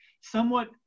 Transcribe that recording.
somewhat